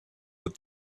but